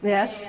Yes